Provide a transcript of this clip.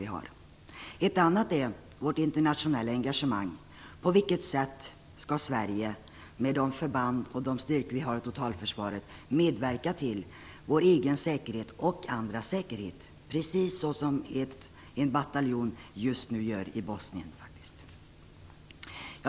Ett annat sådant område är vårt internationella engagemang och på vilket sätt Sverige, med de förband och styrkor som vi har i totalförsvaret, medverkar till vår egen och andras säkerhet, på det sätt som en bataljon just nu gör i Bosnien.